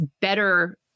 better